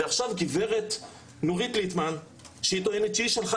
ועכשיו גברת נורית ליטמן שהיא טוענת שהיא שלחה